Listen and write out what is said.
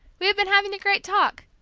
we have been having a great talk,